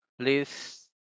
please